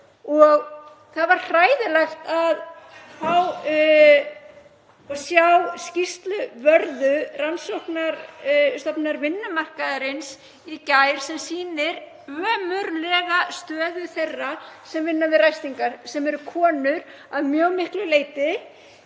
Það var hræðilegt að fá og sjá skýrslu Vörðu, rannsóknastofnunar vinnumarkaðarins, í gær sem sýnir ömurlega stöðu þeirra sem vinna við ræstingar, sem eru konur að mjög miklu leyti.